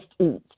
eat